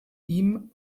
ihm